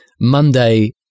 monday